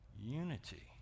unity